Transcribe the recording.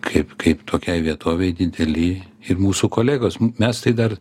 kaip kaip tokiai vietovei dideli ir mūsų kolegos mes tai dar